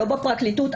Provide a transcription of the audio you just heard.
לא בפרקליטות,